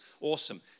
Awesome